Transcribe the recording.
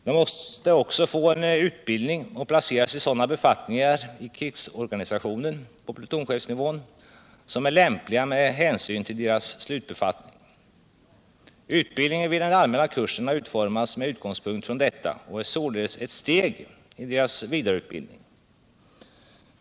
De måste också få en utbildning och placeras i sådana befattningar i krigsorganisationen på plutonchefsnivån som är lämpliga med hänsyn till deras slutbefattning. Utbildningen vid den allmänna kursen har utformats med utgångspunkt i detta och är således ett steg i deras vidareutbildning.